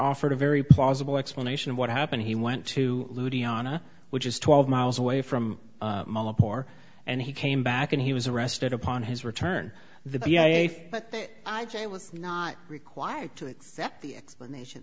offered a very plausible explanation of what happened he went to louisiana which is twelve miles away from and he came back and he was arrested upon his return the i j a was not required to accept the explanation